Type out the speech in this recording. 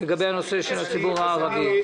לגבי הנושא של הציבור הערבי.